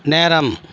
நேரம்